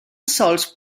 sols